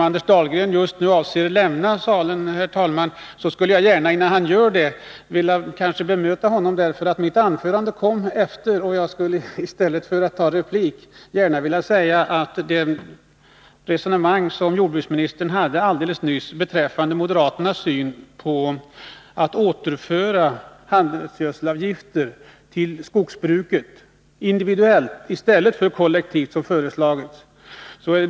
Anders Dahlgren avser nu att lämna salen, herr talman, och innan han gör det skulle jag gärna vilja bemöta honom. Jordbruksministern förde alldeles nyss ett resonemang beträffande moderaternas syn på återförandet av avgifter på handelsgödsel inom skogsbruket individuellt i stället för kollektivt, som har föreslagits.